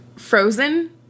Frozen